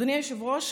אדוני היושב-ראש,